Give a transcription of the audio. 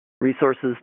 resources